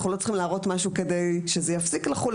אנחנו לא צריכים להראות משהו כדי שזה יפסיק לחול,